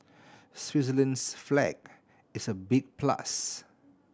Switzerland's flag is a big plus